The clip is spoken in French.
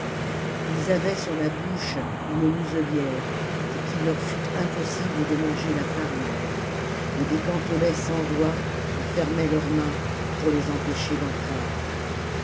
lis avaient sur la bouche une muselière pour qu'il leur fût impossible de manger la farine et des gantelets sans doigts enfermaient leurs mains pour les empêcher a en prendre